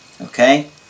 Okay